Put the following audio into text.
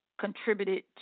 contributed